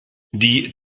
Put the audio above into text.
die